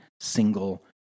single